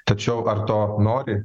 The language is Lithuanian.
tačiau ar to nori